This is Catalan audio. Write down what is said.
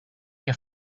què